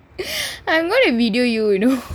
I'm gonna video you you know